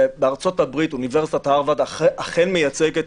בארצות-הברית אוניברסיטת הרווארד אכן מייצגת,